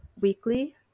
weekly